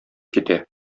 китә